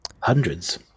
hundreds